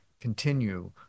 continue